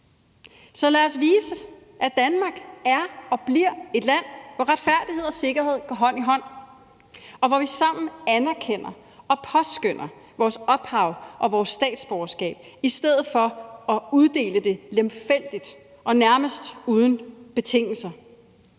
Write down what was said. Så lad os vise, at Danmark er og bliver et land, hvor retfærdighed og sikkerhed går hånd i hånd, og hvor vi sammen anerkender og påskønner vores ophav og vores statsborgerskab i stedet for at uddele det lemfældigt og nærmest uden betingelser.